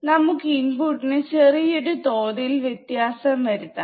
നമുക്ക് ഇൻ പുട്ടിന് ചെറിയൊരു തോതിൽ വ്യത്യാസം വരുത്താം